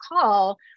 call